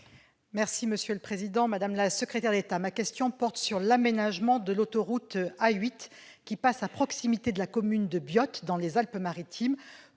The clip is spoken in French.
chargée des transports. Madame la secrétaire d'État, ma question porte sur l'aménagement de l'autoroute A8, qui passe à proximité de la commune de Biot, dans les Alpes-Maritimes,